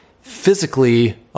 physically